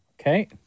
Okay